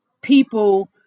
people